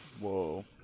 Whoa